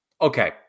Okay